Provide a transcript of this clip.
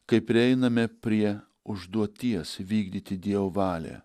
kai prieiname prie užduoties vykdyti dievo valią